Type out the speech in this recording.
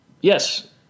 Yes